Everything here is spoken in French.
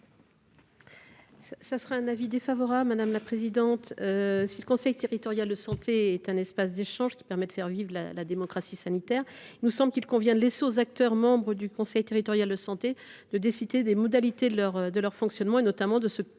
est l’avis de la commission ? Si le conseil territorial de santé est un espace d’échanges qui permet de faire vivre la démocratie sanitaire, il nous semble qu’il convient de laisser les acteurs membres du conseil territorial de santé décider des modalités de leur fonctionnement, notamment de ce qui